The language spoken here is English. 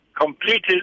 completed